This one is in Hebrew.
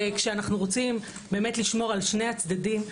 וכשאנו רוצים לשמור על שני הצדדים,